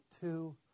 two